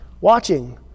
watching